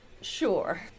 Sure